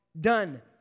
Done